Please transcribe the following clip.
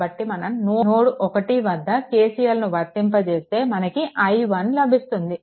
కాబట్టి మనం నోడ్1 వద్ద KCL ను వర్తింపజేస్తే మనకు i1 లభిస్తుంది